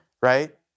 right